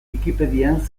wikipedian